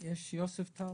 יש את יוספטל,